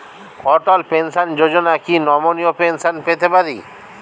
অটল pension Yojana কি নমনীয় pension পেতে পারে?